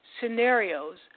scenarios